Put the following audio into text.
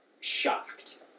shocked